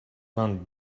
vingt